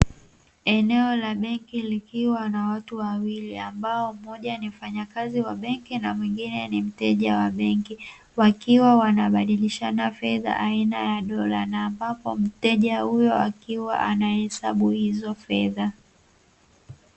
eneo la benki likiwa na watu wawili, ambao mmoja ni mfanyakazi wa benki ni mwingine ni mteja wa benki, wakiwa wanabadilishana fedha aina ya dola na ambapo mteja huyo akiwa anahesabu hizo fedha.